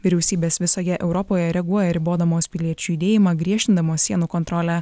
vyriausybės visoje europoje reaguoja ribodamos piliečių judėjimą griežtindamos sienų kontrolę